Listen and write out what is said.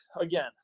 again